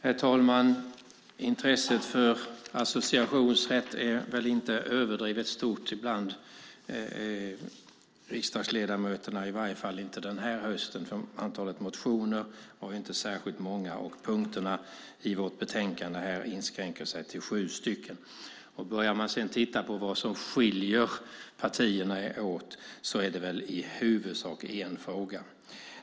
Herr talman! Intresset för associationsrätt är väl inte överdrivet stort bland riksdagsledamöterna, i varje fall inte den här hösten, för antalet motioner var inte särskilt många och punkterna i vårt betänkande inskränker sig till sju. Börjar man sedan titta på vad som skiljer partierna åt ser man att det är i huvudsak en fråga.